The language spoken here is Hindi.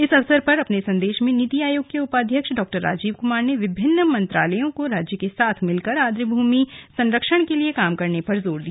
इस अवसर पर अपने संदेश में नीति आयोग के उपाध्य्क्ष डॉ राजीव कुमार ने विभिन्नत मंत्रालयों को राज्य के साथ मिलकर बीच आई भूमि संरक्षण के लिए कार्य करने पर जोर दिया